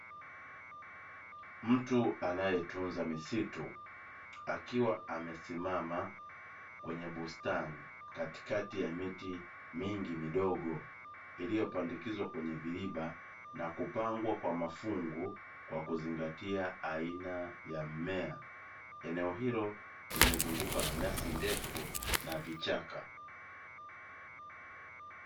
Mtu anayetunza misitu, akiwa amesimama kwenye bustani katikati ya miti mingi midogo, iliyopandikizwa kwenye viriba na kupangwa kwa mafungu kwa kuzingatia aina ya mmea. Eneo hilo limezungukwa na nyasi ndefu na vichaka.